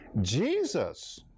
Jesus